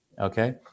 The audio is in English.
Okay